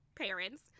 parents